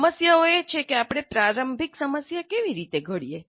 સમસ્યાઓ એ છે કે આપણે પ્રારંભિક સમસ્યા કેવી રીતે ઘડીએ